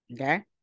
okay